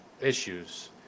Issues